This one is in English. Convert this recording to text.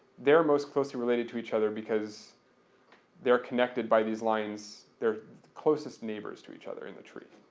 they're most closely related to each other because they're connected by these lines, they're closest neighbors to each other in the tree.